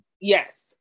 yes